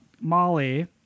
Molly